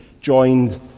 joined